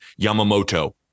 yamamoto